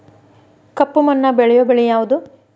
ಕಪ್ಪು ಮಣ್ಣಾಗ ಬೆಳೆಯೋ ಬೆಳಿ ಯಾವುದು?